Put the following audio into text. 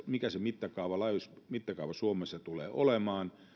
mikä sen mittakaava suomessa tulee olemaan